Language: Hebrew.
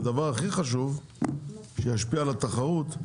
והדבר הכי חשוב שישפיע על התחרות הוא